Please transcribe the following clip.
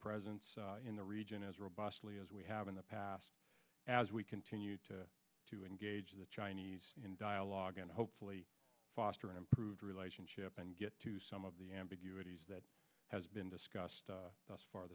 presence in the region as robustly as we have in the past as we continue to engage the chinese in dialogue and hopefully foster an improved relationship and get to some of the ambiguities that has been discussed thus far